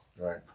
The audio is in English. Right